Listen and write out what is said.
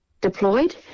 deployed